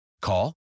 Call